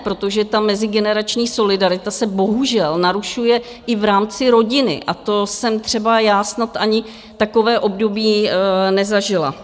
Protože ta mezigenerační solidarita se bohužel narušuje i v rámci rodiny a to jsem třeba já snad ani takové období nezažila.